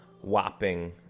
whopping